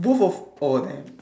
both of oh damn